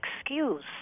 excuse